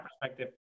perspective